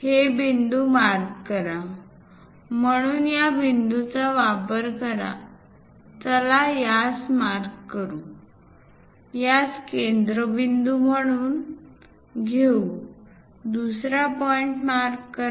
हे बिंदू मार्क करा म्हणून या बिंदूचा वापर करा चला यास मार्क करू यास केंद्रबिंदू म्हणून घेऊ दुसरा पॉईंट मार्क करा